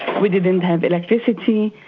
we didn't have electricity,